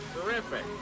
terrific